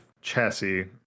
chassis